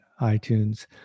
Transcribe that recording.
itunes